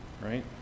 Right